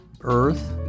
earth